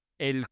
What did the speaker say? El